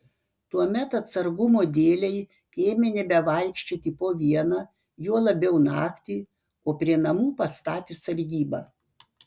tuomet atsargumo dėlei ėmė nebevaikščioti po vieną juo labiau naktį o prie namų pastatė sargybą